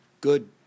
good